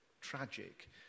tragic